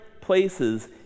places